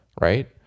right